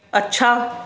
ਅੱਛਾ